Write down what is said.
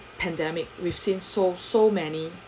pandemic we've seen so so many